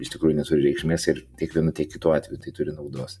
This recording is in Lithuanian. iš tikrųjų neturi reikšmės ir tiek vienu tiek kitu atveju tai turi naudos